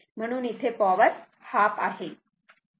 म्हणून इथे power half आहे